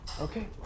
Okay